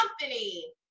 company